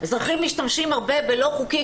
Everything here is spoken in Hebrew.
אזרחים משתמשים הרבה בלא חוקי,